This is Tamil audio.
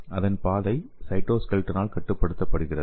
அதன் பாதை சைட்டோஸ்கெலட்டனால் கட்டுப்படுத்தப்படுகிறது